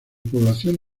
población